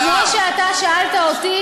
זה כמו ששאלת אותי